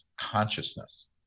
consciousness